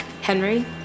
Henry